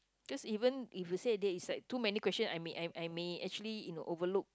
cause even if you say there is like too many question I may I I may actually you know overlook